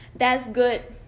that's good